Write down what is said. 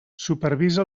supervisa